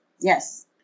Yes